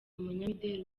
umunyamideli